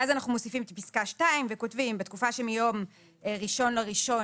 ואז אנחנו מוסיפים את פסקה (2) וכותבים: בתקופה שמיום 1 בינואר